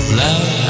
love